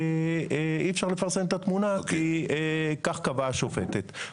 ואי אפשר לפרסם את התמונה כי כך קבעה השופטת.